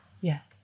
Yes